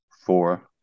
four